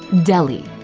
delhi.